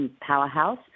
powerhouse